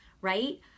right